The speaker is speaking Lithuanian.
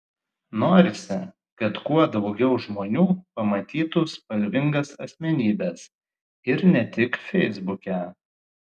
norisi kad kuo daugiau žmonių pamatytų spalvingas asmenybes ir ne tik feisbuke